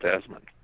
desmond